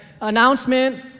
announcement